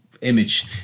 image